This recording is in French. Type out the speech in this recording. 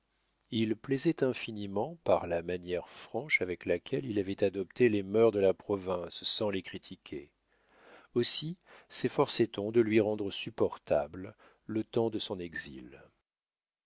il plaisait infiniment par la manière franche avec laquelle il avait adopté les mœurs de la province sans les critiquer aussi sefforçait on de lui rendre supportable le temps de son exil